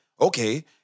okay